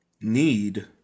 need